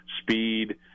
speed